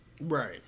Right